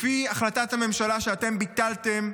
לפי החלטת הממשלה, שאתם ביטלתם,